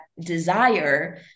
desire